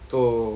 to